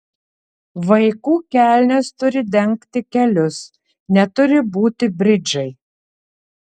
vaikų kelnės turi dengti kelius neturi būti bridžai